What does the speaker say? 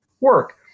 work